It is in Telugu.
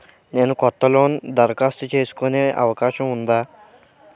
నేను కొత్త లోన్ దరఖాస్తు చేసుకునే అవకాశం ఉందా?